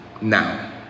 Now